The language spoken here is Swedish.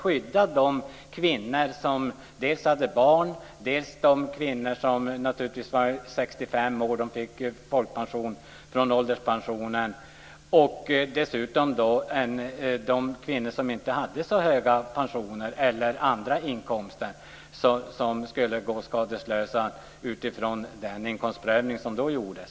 Det gällde de kvinnor som hade barn, de kvinnor som var 65 år fick folkpension från ålderspensionen och de kvinnor som inte hade så höga pensioner eller andra inkomster. De skulle gå skadeslösa utifrån den inkomstprövning som då gjordes.